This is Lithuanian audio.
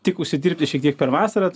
tik užsidirbti šiek tiek per vasarą